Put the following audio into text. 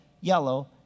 yellow